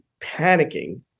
panicking